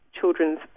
children's